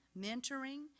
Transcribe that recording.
mentoring